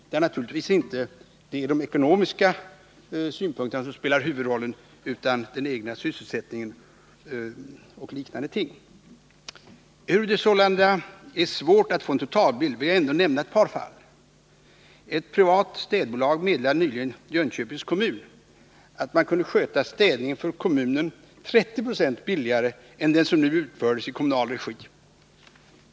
Där är det naturligtvis inte de ekonomiska synpunkterna som spelar huvudrollen utan den egna sysselsättningen och liknande ting. Ehuru det sålunda är svårt att få en totalbild vill jag ändå nämna ett par fall: Ett privat städbolag meddelade nyligen Jönköpings kommun att man kunde sköta städningen för kommunen 30 96 billigare än vad den utfördes för i kommunal regi.